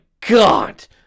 God